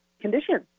conditions